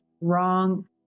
wrong